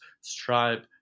Stripe